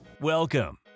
Welcome